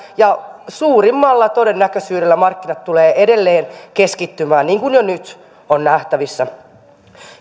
ja suurimmalla todennäköisyydellä markkinat tulevat edelleen keskittymään niin kuin jo nyt on nähtävissä